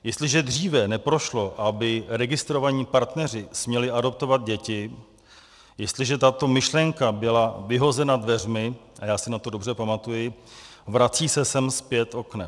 Jestliže dříve neprošlo, aby registrovaní partneři směli adoptovat děti, jestliže tato myšlenka byla vyhozena dveřmi, a já si na to dobře pamatuji, vrací se sem zpět oknem.